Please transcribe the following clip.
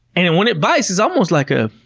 and then when it bites, it's almost like a,